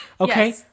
Okay